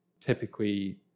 typically